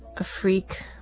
a freak,